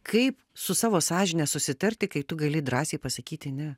kaip su savo sąžine susitarti kai tu gali drąsiai pasakyti ne